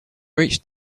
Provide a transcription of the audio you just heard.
reached